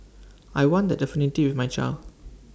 I want the affinity with my child